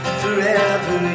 forever